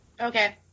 Okay